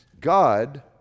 God